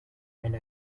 and